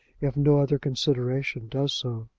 if no other consideration does so.